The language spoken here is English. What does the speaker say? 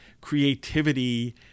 creativity